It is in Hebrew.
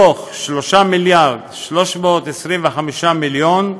מ-3 מיליארד ו-325 מיליון,